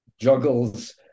juggles